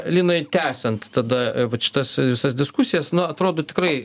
linai tęsiant tada vat šitas visas diskusijas na atrodo tikrai